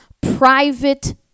private